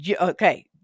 Okay